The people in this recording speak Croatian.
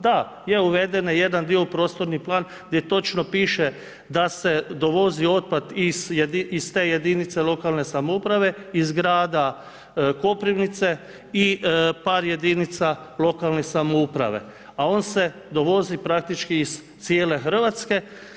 Dakle, je uveden jedan dio u prostorni plan, gdje točno piše da se dovozi otpad iz te jedinice lokalne samouprave, iz grada Koprivnice i par jedinica lokalne samouprave, a on se dovozi praktički iz cijele Hrvatske.